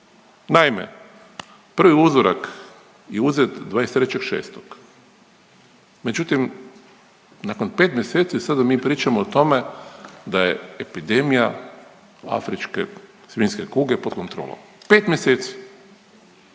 Naime, prvi uzorak je uzet 23.06., međutim nakon 5 mjeseci sada mi pričamo o tome da je epidemija afričke svinjske kuge pod kontrolom. 5 mjeseci,